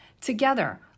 Together